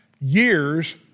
Years